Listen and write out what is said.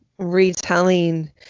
retelling